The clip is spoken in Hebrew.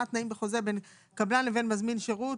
התנאים בחוזה בין קבלן לבין מזמין שירות,